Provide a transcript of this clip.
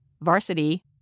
Varsity